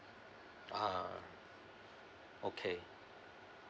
ah okay